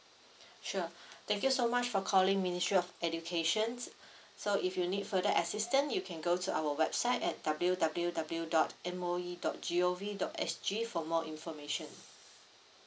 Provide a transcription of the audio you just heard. sure thank you so much for calling ministry of educations so if you need further assistant you can go to our website at W W W dot M O E dot G O V dot S G for more information